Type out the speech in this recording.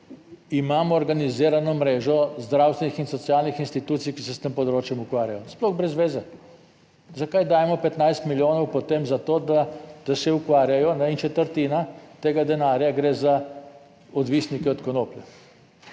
imamo organizirano mrežo zdravstvenih in socialnih institucij, ki se s tem področjem ukvarjajo sploh brez veze. Zakaj dajemo 15 milijonov potem za to, da se ukvarjajo in četrtina tega denarja gre za odvisnike od konoplje,